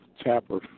tapper